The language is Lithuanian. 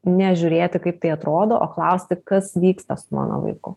nežiūrėti kaip tai atrodo o klausti kas vyksta su mano vaiku